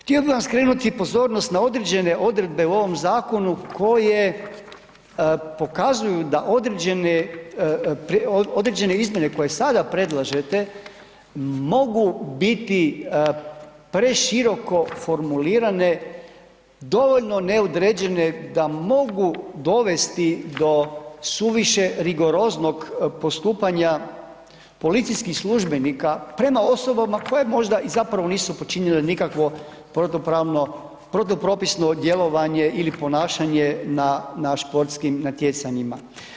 Htio bi vam skrenuti pozornost na određene odredbe u ovom zakonu koje pokazuju da određene, određene izmjene koje sada predlažete mogu biti preširoko formulirane, dovoljno neodređene da mogu dovesti do suviše rigoroznog postupanja policijskih službenika prema osobama koje možda i zapravo nisu počinile nikakvo protupravno, protupropisno djelovanje ili ponašanje na, na športskim natjecanjima.